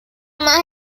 más